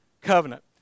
covenant